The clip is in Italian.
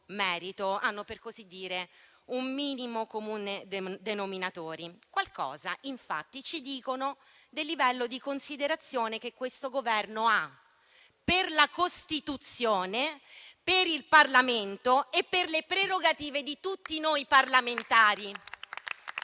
hanno, per così dire, un minimo comune denominatore: qualcosa, infatti, ci dicono del livello di considerazione che questo Governo ha per la Costituzione, per il Parlamento e per le prerogative di tutti noi parlamentari.